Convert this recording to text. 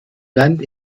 land